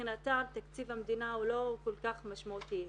ומבחינתם תקציב המדינה הוא לא כל כך משמעותי.